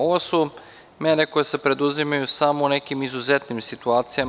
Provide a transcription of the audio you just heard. Ovo su mere koje se preduzimaju samo u nekim izuzetnim situacijama.